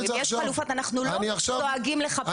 אם יש חלופות, אנחנו לא דואגים לך פחות.